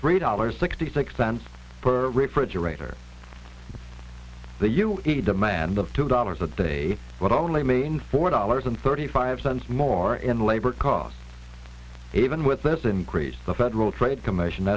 three dollars sixty six cents per refrigerator the you see demand of two dollars a day but only mean four dollars and thirty five cents more in labor call even with this increase the federal trade commission